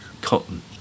cotton